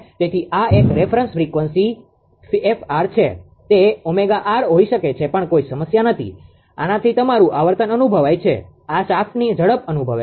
તેથી આ એક રેફરન્સ ફ્રીક્વન્સીreference frequencyસંદર્ભ આવર્તન 𝑓𝑟 છે તે 𝜔𝑟 હોઈ શકે છે પણ કોઈ સમસ્યા નથી અને આનાથી તમારું આવર્તન અનુભવાય છે અને આ શાફ્ટની ઝડપ અનુભવે છે